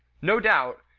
no doubt,